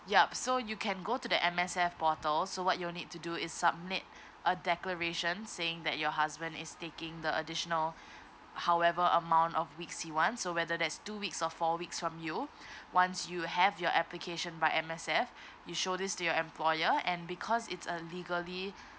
yup so you can go to the M_S_F portal so what you'll need to do is submit a declaration saying that your husband is taking the additional however amount of weeks he wants so whether there's two weeks or four weeks from you once you have your application by M_S_F you show this to your employer and because it's a legally